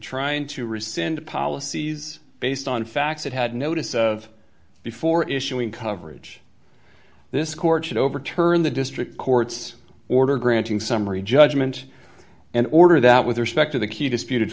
trying to rescind policies based on facts it had notice of before issuing coverage this court should overturn the district court's order granting summary judgment and order that with respect to the key disputed